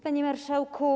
Panie Marszałku!